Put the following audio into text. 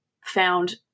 found